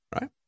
right